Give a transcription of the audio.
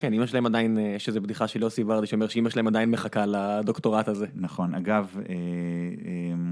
כן, אמא שלהם עדיין, יש איזה בדיחה של יוסי ורדי שאומר שאמא שלהם עדיין מחכה לדוקטורט הזה. נכון, אגב...